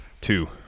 Two